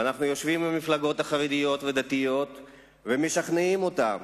ואנחנו יושבים עם המפלגות החרדיות והדתיות ומשכנעים אותן.